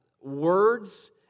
words